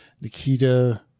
Nikita